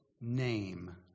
name